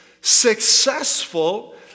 successful